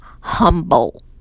humble